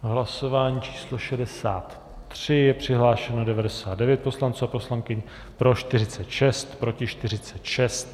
Hlasování číslo 63, je přihlášeno 99 poslanců a poslankyň, pro 46, proti 46.